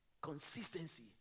consistency